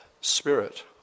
spirit